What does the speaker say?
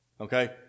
Okay